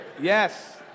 Yes